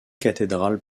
cathédrales